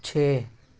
چھ